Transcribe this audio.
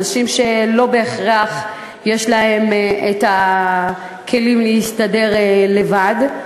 אנשים שלא בהכרח יש להם הכלים להסתדר לבד.